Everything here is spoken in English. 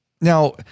Now